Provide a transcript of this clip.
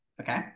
okay